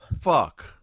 fuck